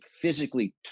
physically